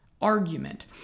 argument